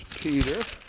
Peter